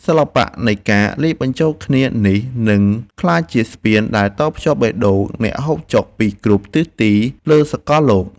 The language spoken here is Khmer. សិល្បៈនៃការលាយបញ្ចូលគ្នានេះនឹងក្លាយជាស្ពានដែលតភ្ជាប់បេះដូងអ្នកហូបចុកពីគ្រប់ទិសទីលើសកលលោក។